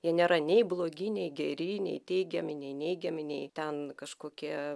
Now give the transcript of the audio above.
jie nėra nei blogi nei geri nei teigiami nei neigiami nei ten kažkokie